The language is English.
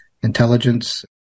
intelligence